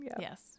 Yes